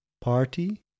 party